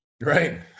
right